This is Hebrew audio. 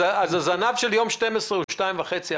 הזנב של יום 12 הוא 2.5%,